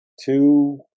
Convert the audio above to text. two